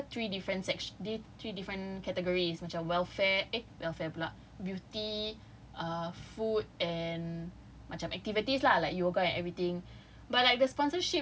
E-vouchers for apa three different sect~ three different categories macam welfare eh welfare pula beauty uh food and macam activities lah like yoga and everything